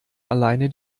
alleine